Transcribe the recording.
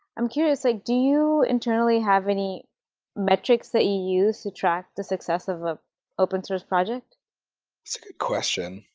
i'm curious, like do you, internally, have any metrics that you use to track the success of an ah open-source project? it's a good question.